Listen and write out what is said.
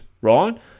right